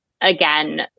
again